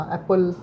Apple